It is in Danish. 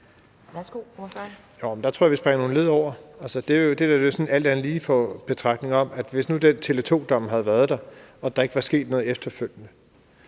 der tror jeg, vi springer nogle led over. Altså, det dér er jo sådan en alt andet lige-betragtning om, at hvad nu, hvis Tele2-dommen havde været der og der ikke var sket noget efterfølgende,